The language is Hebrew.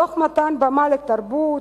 תוך מתן במה לתרבות,